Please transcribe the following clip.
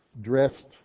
dressed